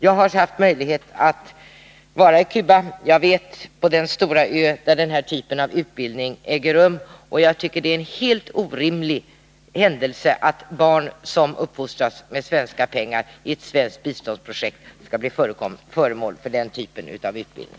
Jag har haft möjlighet att vara på Cuba men inte på den ö där afrikanska barn utbildas. Enligt min mening är det helt orimligt att barn som uppfostras med svenska pengar inom ramen för ett svenskt biståndsprojekt skall bli föremål för den här typen av utbildning.